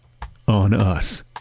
on us